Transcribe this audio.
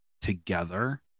together